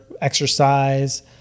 exercise